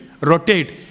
rotate